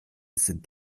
sind